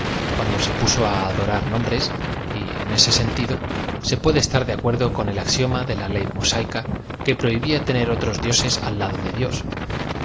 cuando se puso á adorar nombres y en ese sentido se puede estar do acuerdo con el axiom a de la le y mosáica que prohlbia tener otros dioses al lado de dios